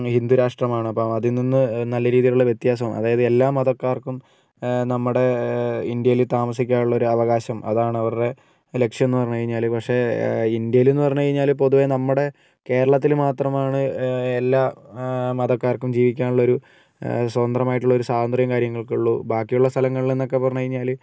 ഹിന്ദു രാഷ്ട്രമാണ് അപ്പം അതിൽ നിന്ന് നല്ല രീതിയിലുള്ള വ്യത്യാസം അതായത് എല്ലാ മതക്കാർക്കും നമ്മുടെ ഇന്ത്യയിൽ താമസിക്കാനുള്ള ഒരു അവകാശം അതാണ് അവരുടെ ലക്ഷ്യം എന്ന് പറഞ്ഞു കഴിഞ്ഞാൽ പക്ഷെ ഇന്ത്യയിൽ എന്ന് പറഞ്ഞു കഴിഞ്ഞാൽ പൊതുവെ നമ്മുടെ കേരളത്തിൽ മാത്രമാണ് എല്ലാ മതക്കാർക്കും ജീവിക്കാനുള്ള ഒരു സ്വതന്ത്രമായിട്ടുള്ള ഒരു സ്വാതന്ത്രവും കാര്യങ്ങളൊക്കെ ഉള്ളു ബാക്കിയുള്ള സ്ഥലങ്ങളിൽ നിന്നൊക്കെ പറഞ്ഞു കഴിഞ്ഞാൽ